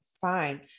fine